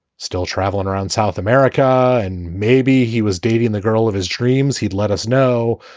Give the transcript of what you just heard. still traveling around south america. and maybe he was dating the girl of his dreams. he'd let us know.